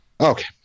Okay